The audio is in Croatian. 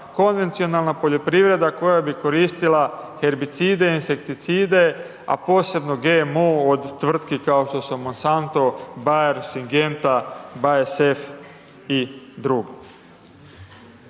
konvencionalna poljoprivreda, koja bi koristila herbicide, insekticide, a posebno GMO, od tvrtki kao što su Monsantno, Bajer, Sigenta, BSF i drugi.